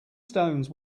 stones